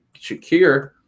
Shakir